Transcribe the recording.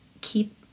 keep